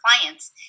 clients